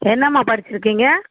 என்னாம்மா படிச்சுருக்கீங்க